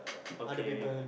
okay